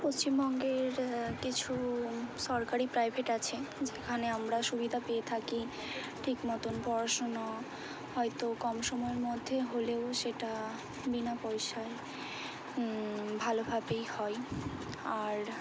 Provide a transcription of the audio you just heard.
পশ্চিমবঙ্গের কিছু সরকারি প্রাইভেট আছে যেখানে আমরা সুবিধা পেয়ে থাকি ঠিক মতন পড়াশুনো হয়তো কম সময়ের মধ্যে হলেও সেটা বিনা পয়সায় ভালোভাবেই হয় আর